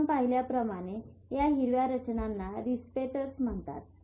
आपण पाहिल्याप्रमाणे या हिरव्या रचनांना रिसेप्टर्स म्हणतात